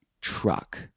truck